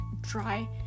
dry